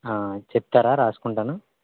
చెప్తారా రాసుకుంటాను